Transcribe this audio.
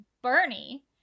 Bernie